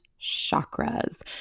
chakras